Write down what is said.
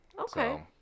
Okay